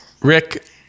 Rick